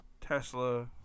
Tesla